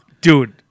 dude